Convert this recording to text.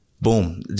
Boom